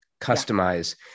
customize